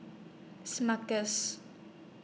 Smuckers